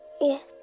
Yes